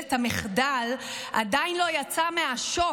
שממשלת המחדל עדיין לא יצאה מהשוק,